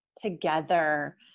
together